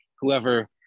whoever